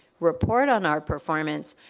report on our performance,